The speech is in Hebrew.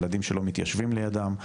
ילדים שלא מתיישבים לידם,